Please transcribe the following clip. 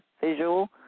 visual